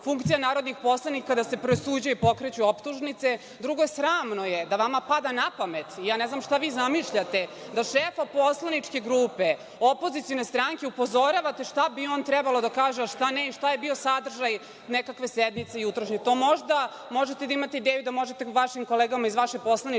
funkcija narodnih poslanika, da se presuđuje i pokreću optužnice. Drugo, sramno je da vama pada na pamet, ne znam šta vi zamišljate, da šefa poslaničke grupe opozicione stranke upozoravate šta bi on trebalo da kaže, a šta ne, šta je bio sadržaj nekakve sednice jutrošnje. To možda možete da imate ideju da možete vašim kolegama iz vaše poslaničke